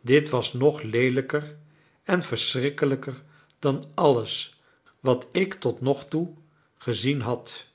dit was nog leelijker en verschrikkelijker dan alles wat ik tot nogtoe gezien had